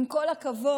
עם כל הכבוד,